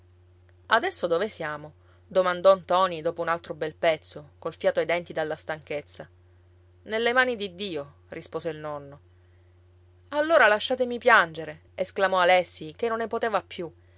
adesso dove siamo domandò ntoni dopo un altro bel pezzo col fiato ai denti dalla stanchezza nelle mani di dio rispose il nonno allora lasciatemi piangere esclamò alessi che non ne poteva più